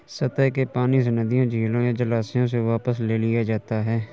सतह के पानी से नदियों झीलों या जलाशयों से वापस ले लिया जाता है